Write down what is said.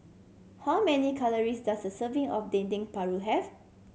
how many calories does a serving of Dendeng Paru have